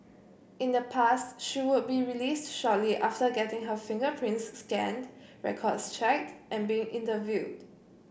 in the past she would be released shortly after getting her fingerprints scanned records checked and being interviewed